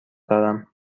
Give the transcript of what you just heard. دارم